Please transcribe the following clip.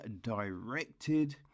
directed